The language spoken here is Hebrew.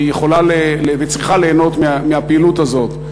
כי היא יכולה וצריכה ליהנות מהפעילות הזאת.